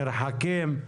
מרחקים.